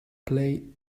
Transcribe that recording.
play